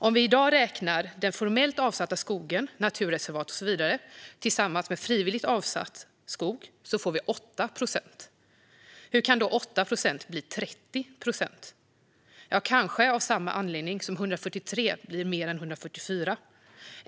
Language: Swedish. Om vi i dag räknar den formellt avsatta skogen, naturreservat och så vidare, tillsammans med frivilligt avsatt skog får vi 8 procent. Hur kan då 8 procent bli 30 procent? Ja, kanske av samma anledning som 143 blir fler än 144.